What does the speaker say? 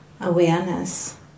awareness